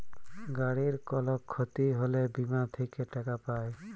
গাড়ির কল ক্ষতি হ্যলে বীমা থেক্যে টাকা পায়